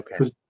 Okay